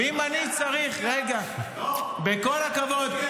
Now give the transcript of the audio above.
--- בכל הכבוד,